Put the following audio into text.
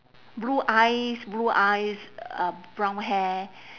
blue eyes blue eyes uh brown hair